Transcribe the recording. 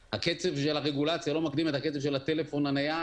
הקצב של הרגולציה לא מקדים את הקצב של הטלפון החכם